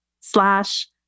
slash